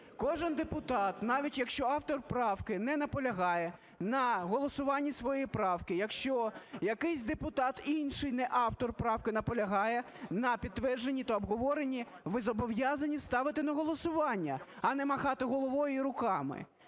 Кожен депутат, навіть якщо автор правки не наполягає на голосуванні своєї правки, якщо якийсь депутат інший – не автор правки – наполягає на підтвердженні та обговоренні, ви зобов'язані ставити на голосування, а не махати головою і руками.